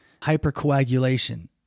hypercoagulation